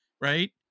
right